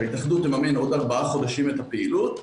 שההתאחדות תממן עוד ארבעה חודשים את הפעילות,